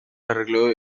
arregló